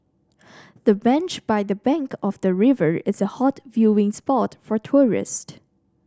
the bench by the bank of the river is a hot viewing spot for tourist